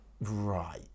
Right